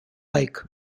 lake